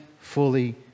fully